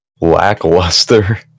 lackluster